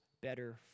better